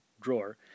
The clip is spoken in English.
drawer